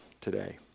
today